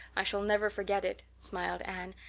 i shall never forget it, smiled anne,